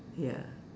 ya